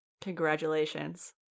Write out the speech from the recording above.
Congratulations